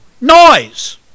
noise